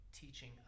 teaching